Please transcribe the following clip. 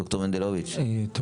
ד"ר מנדלוביץ, בבקשה.